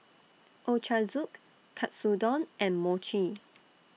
Ochazuke Katsudon and Mochi